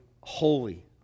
holy